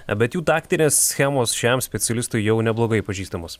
bet jų taktinės schemos šiam specialistui jau neblogai pažįstamos